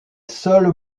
seule